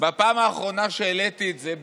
בפעם האחרונה שהעליתי את זה,